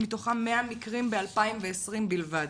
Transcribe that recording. מתוכם 100 מקרים ב-2020 בלבד.